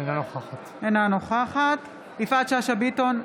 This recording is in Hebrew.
אינה נוכחת יפעת שאשא ביטון,